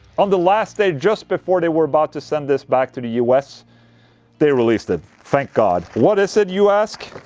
on the last day just before they were about to send this back to the us they released it, thank god what is it, you ask?